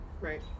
Right